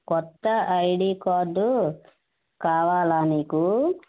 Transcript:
కొత్త ID card కావాలా నీకు